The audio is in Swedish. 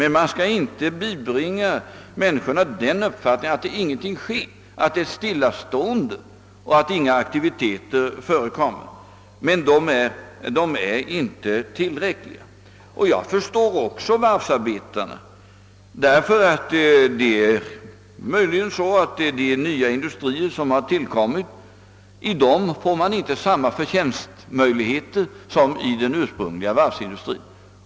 Vi skall dock inte bibringa människorna den uppfattningen att ingenting sker, att det är ett stillastående och att inga aktiviteter förekommer. Men jag understryker än en gång att vad som sker inte är tillräckligt. Jag förstår också varvsarbetarna, därför att det möjligen är så att de nya industrier som tillkommit inte ger samma förtjänstmöjligheter som den ursprungliga varvsindustrin.